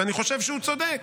ואני חושב שהוא צודק,